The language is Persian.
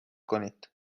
کنید